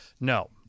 No